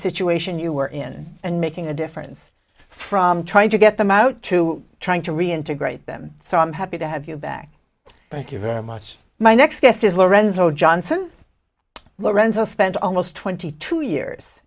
situation you were in and making a difference from trying to get them out to trying to reintegrate them so i'm happy to have you back thank you very much my next guest is lorenzo johnson lorenza spent almost twenty two years